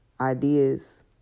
ideas